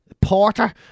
porter